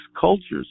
cultures